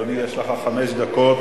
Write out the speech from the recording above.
אדוני, יש לך חמש דקות.